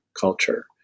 culture